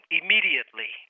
immediately